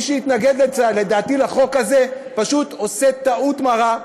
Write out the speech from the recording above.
מי שיתנגד לחוק הזה פשוט עושה טעות מרה,